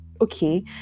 okay